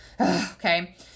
Okay